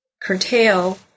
curtail